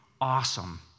awesome